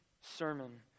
sermon